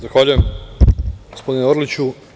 Zahvaljujem, gospodine Orliću.